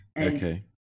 Okay